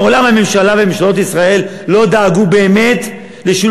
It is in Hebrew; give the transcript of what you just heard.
מעולם ממשלה מממשלות ישראל לא דאגה באמת לשילוב